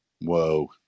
Whoa